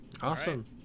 Awesome